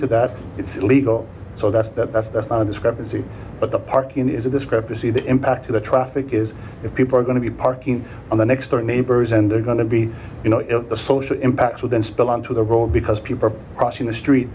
to that it's illegal so that's that's that's not a discrepancy but the parking is a discrepancy the impact of the traffic is if people are going to be parking on the next door neighbors and they're going to be you know it the social impact within spill onto the road because people are crossing the street